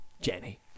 Jenny